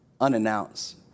unannounced